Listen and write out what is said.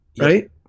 right